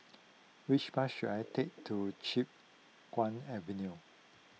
which bus should I take to Chiap Guan Avenue